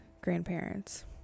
grandparents